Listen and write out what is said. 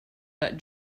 that